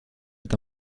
est